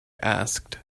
asked